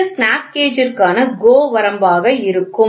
இது ஸ்னாப் கேஜிற்கான GO வரம்பாக இருக்கும்